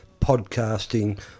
podcasting